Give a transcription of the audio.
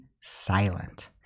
silent